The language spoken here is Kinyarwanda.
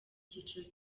cyiciro